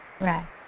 Right